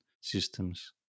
systems